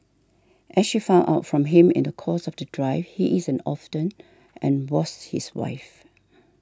as she found out from him in the course of the drive he is an orphan and was his wife